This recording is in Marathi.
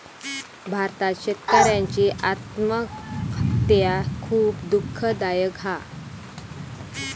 भारतात शेतकऱ्यांची आत्महत्या खुप दुःखदायक हा